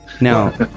Now